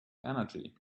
energy